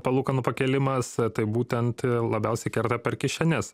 palūkanų pakėlimas tai būtent labiausiai kerta per kišenes